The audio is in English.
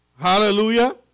Hallelujah